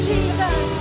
Jesus